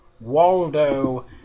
Waldo